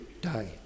die